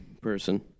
person